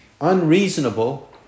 unreasonable